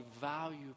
value